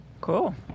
Cool